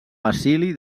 basili